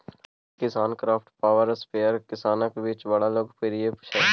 KisanKraft power sprayer किसानक बीच बड़ लोकप्रिय छै